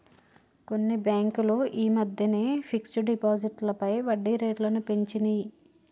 కొన్ని బ్యేంకులు యీ మద్దెనే ఫిక్స్డ్ డిపాజిట్లపై వడ్డీరేట్లను పెంచినియ్